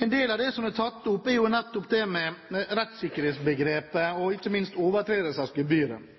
En del av det som er tatt opp, er nettopp det med rettssikkerhetsbegrepet, og ikke minst overtredelsesgebyret.